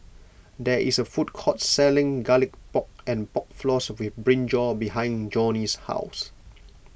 there is a food court selling Garlic Pork and Pork Floss with Brinjal Behind Johny's house